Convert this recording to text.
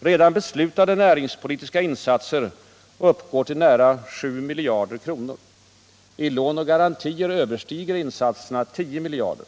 Redan beslutade näringspolitiska insatser uppgår till nära 7 miljarder kronor. I lån och garantier överstiger insatserna 10 miljarder.